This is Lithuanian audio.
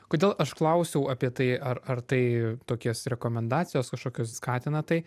kodėl aš klausiau apie tai ar ar tai tokias rekomendacijos kažkokios skatina tai